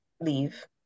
leave